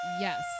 Yes